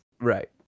Right